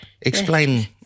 explain